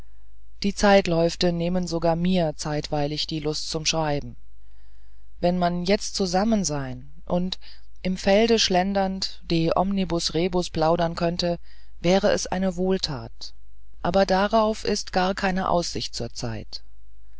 die zeitläufte benehmen sogar mir zeitweilig die lust zum schreiben wenn man jetzt zusammensein und im feld schlendernd de omnibus rebus plaudern könnte wäre es eine wohltat aber darauf ist gar keine aussicht zur zeit